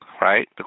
Right